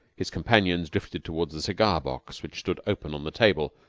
his companions drifted toward the cigar-box which stood open on the table,